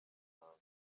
muhango